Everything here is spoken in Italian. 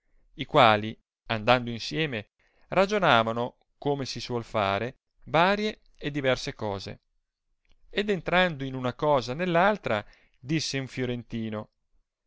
i quali andando insieme ragionavano come si suol fare varie e diverse cose ed entrando di una cosa nelr altra disse un firentino